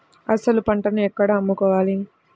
అసలు పంటను ఎక్కడ అమ్ముకోవాలి?